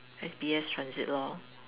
S_B_S transit loh